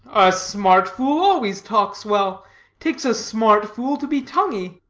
a smart fool always talks well takes a smart fool to be tonguey.